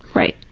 right.